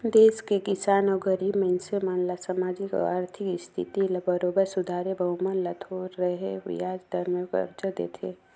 देस के किसान अउ गरीब मइनसे मन ल सामाजिक अउ आरथिक इस्थिति ल बरोबर सुधारे बर ओमन ल थो रहें बियाज दर में करजा देथे